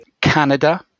Canada